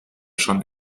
schon